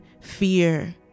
fear